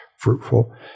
fruitful